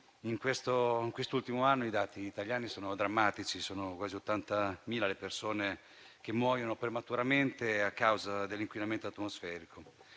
In quest'ultimo anno i dati italiani sono drammatici: sono quasi 80.000 le persone che muoiono prematuramente a causa dell'inquinamento atmosferico.